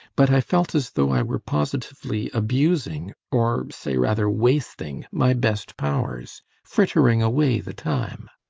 but i felt as though i were positively abusing or, say rather, wasting my best powers frittering away the time.